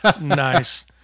Nice